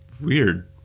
weird